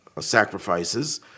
sacrifices